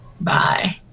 Bye